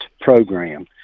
program